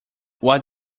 what